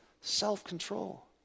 self-control